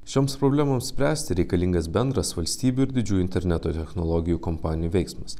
šioms problemoms spręsti reikalingas bendras valstybių ir didžiųjų interneto technologijų kompanijų veiksmas